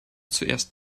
zuerst